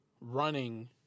running